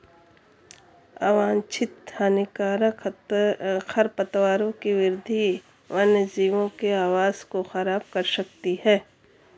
अवांछित हानिकारक खरपतवारों की वृद्धि वन्यजीवों के आवास को ख़राब कर सकती है